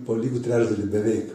po lygų trečdalį beveik